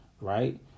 right